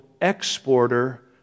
exporter